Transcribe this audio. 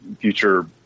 future